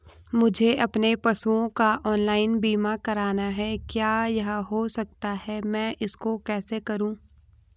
मुझे अपने पशुओं का ऑनलाइन बीमा करना है क्या यह हो सकता है मैं इसको कैसे करूँ?